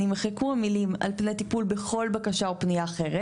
נמחקו המילים "על פני טיפול בכל בקשה או פנייה אחרת".